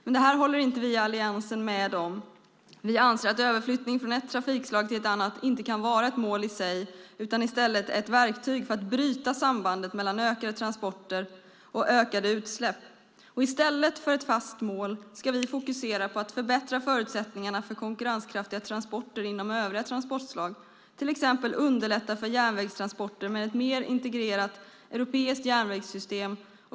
Men detta håller inte vi i Alliansen med om. Vi anser att överflyttning från ett trafikslag till ett annat inte kan vara ett mål i sig utan i stället ett verktyg för att bryta sambandet mellan ökade transporter och ökade utsläpp. I stället för ett fast mål ska vi fokusera på att förbättra förutsättningarna för konkurrenskraftiga transporter inom övriga transportslag till exempel genom att underlätta för järnvägstransporter med ett mer integrerat europeiskt järnvägssystem.